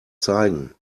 zeigen